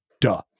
duh